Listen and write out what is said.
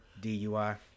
DUI